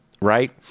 right